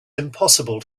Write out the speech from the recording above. impossible